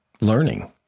learning